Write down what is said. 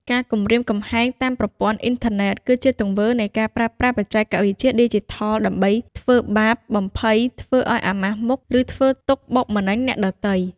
ការគំរាមកំហែងតាមប្រព័ន្ធអ៊ីនធឺណិត គឺជាទង្វើនៃការប្រើប្រាស់បច្ចេកវិទ្យាឌីជីថលដើម្បី ធ្វើបាប បំភ័យ ធ្វើឲ្យអាម៉ាស់មុខ ឬធ្វើទុក្ខបុកម្នេញ អ្នកដទៃ។